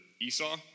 Esau